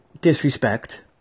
disrespect